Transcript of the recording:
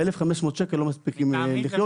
ו-1,500 שקל לא מספיקים לחיות.